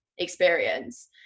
experience